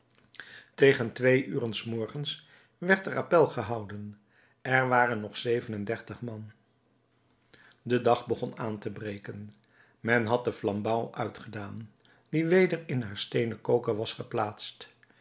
tegen twee uren s morgens werd er appèl gehouden er waren nog zeven-en-dertig man de dag begon aan te breken men had de flambouw uitgedaan die weder in haar steenen koker was geplaatst